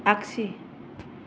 आगसि